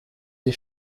des